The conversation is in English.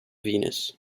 venus